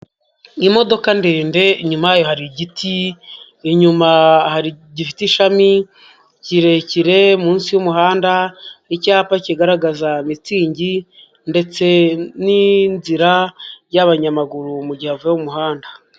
Imodoka ndende, inyuma hari igiti, inyuma gifite ishami, kirekire, munsi y'umuhanda icyapa kigaragaza imitsingi ndetse n'inzira y'abanyamaguru mugihe bavuye mu muhanda.